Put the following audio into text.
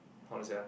how to say ah